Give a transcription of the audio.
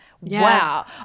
Wow